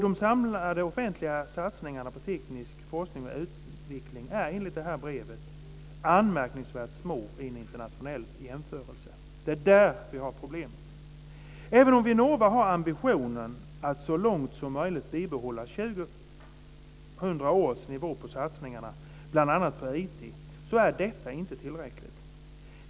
De samlade offentliga satsningarna på teknisk forskning och utveckling är enligt nämnda brev anmärkningsvärt små i en internationell jämförelse. Det är där vi har problemet. Även om Vinnova har ambitionen att så långt som möjligt behålla 2000 års nivå på satsningarna, bl.a. på IT, är detta inte tillräckligt.